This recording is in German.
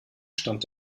stand